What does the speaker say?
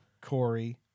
Corey